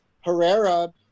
Herrera